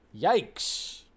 Yikes